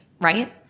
right